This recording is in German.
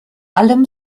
allem